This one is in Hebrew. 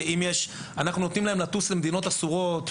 אנחנו נותנים להם לטוס למדינות אסורות.